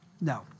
No